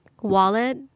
wallet